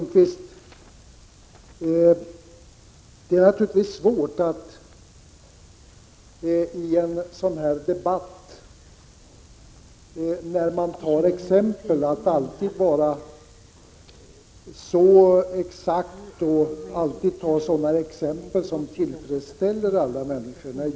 Det är naturligtvis svårt, Oskar Lindkvist, att i en sådan här debatt vara så exakt och ta sådana exempel att man tillfredsställer alla människor.